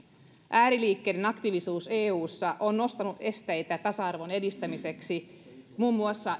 ääriliikkeiden aktiivisuus eussa on nostanut esteitä tasa arvon edistämiseksi muun muassa